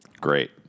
Great